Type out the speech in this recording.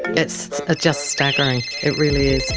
it's ah just staggering, it really is.